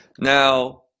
Now